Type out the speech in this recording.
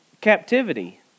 captivity